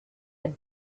had